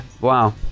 Wow